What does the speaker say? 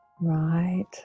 right